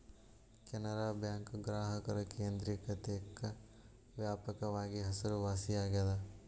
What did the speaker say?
ಕೆನರಾ ಬ್ಯಾಂಕ್ ಗ್ರಾಹಕರ ಕೇಂದ್ರಿಕತೆಕ್ಕ ವ್ಯಾಪಕವಾಗಿ ಹೆಸರುವಾಸಿಯಾಗೆದ